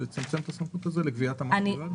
לצמצם את הסמכות הזאת לגביית המס בלבד?